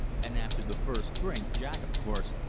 and after the first drink, jack, of course,